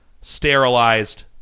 sterilized